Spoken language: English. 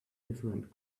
different